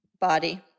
Body